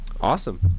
Awesome